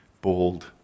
bold